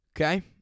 Okay